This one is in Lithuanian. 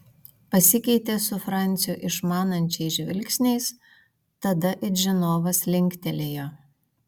pasikeitė su franciu išmanančiais žvilgsniais tada it žinovas linktelėjo